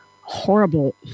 horrible